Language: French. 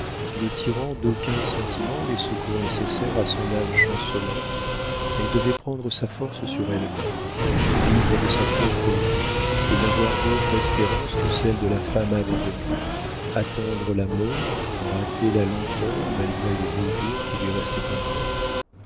ne tirant d'aucun sentiment les secours nécessaires à son âme chancelante elle devait prendre sa force sur elle-même vivre de sa propre vie et n'avoir d'autre espérance que celle de la femme abandonnée attendre la mort en hâter la lenteur malgré les beaux jours qui lui restaient encore